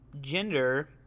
gender